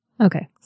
Okay